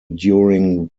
during